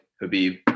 Habib